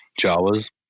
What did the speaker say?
Jawas